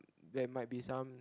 there might be some